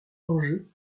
enjeu